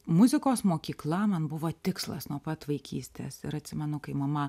muzikos mokykla man buvo tikslas nuo pat vaikystės ir atsimenu kai mama